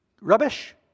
Rubbish